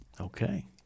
Okay